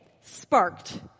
sparked